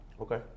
Okay